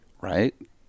Right